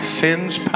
sin's